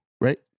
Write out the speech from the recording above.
right